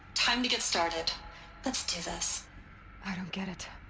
time to get started let's do this i don't get it.